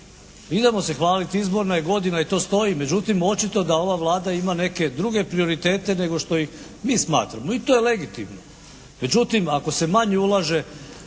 idemo se hvaliti, izborna je godina i to stoji. Međutim, očito da ova Vlada ima neke druge prioritete nego što mi smatramo i to je legitimno.